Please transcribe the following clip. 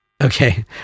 okay